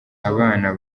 abana